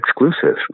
exclusive